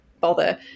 bother